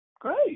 Great